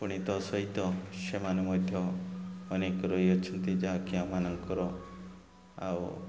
ପୁଣି ତା' ସହିତ ସେମାନେ ମଧ୍ୟ ଅନେକ ରହି ଅଛନ୍ତି ଯାହାକି ଆମାନଙ୍କର ଆଉ